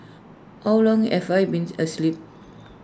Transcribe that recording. how long have I been asleep